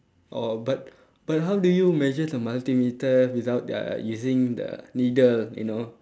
oh but but how do you measure the multimeter without uh using the needle you know